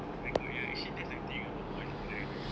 oh my god ya actually that's the thing about polytechnic right now